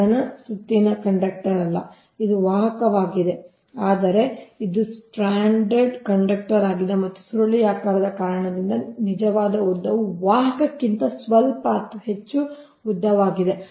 ಇದು ಘನ ಸುತ್ತಿನ ಕಂಡಕ್ಟರ್ ಅಲ್ಲ ಇದು ವಾಹಕವಾಗಿದೆ ಆದರೆ ಇದು ಸ್ಟ್ರಾಂಡೆಡ್ ಕಂಡಕ್ಟರ್ ಆಗಿದೆ ಮತ್ತು ಸುರುಳಿಯಾಕಾರದ ಕಾರಣದಿಂದಾಗಿ ನಿಜವಾದ ಉದ್ದವು ವಾಹಕಕ್ಕಿಂತ ಸ್ವಲ್ಪ ಅಥವಾ ಹೆಚ್ಚು ಉದ್ದವಾಗಿದೆ